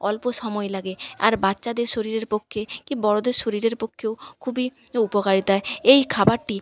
অল্প সময় লাগে আর বাচ্চাদের শরীরের পক্ষে কি বড়দের শরীরের পক্ষেও খুবই উপকারিতা এই খাবারটি